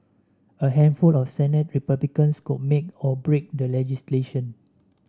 a handful of Senate Republicans could make or break the legislation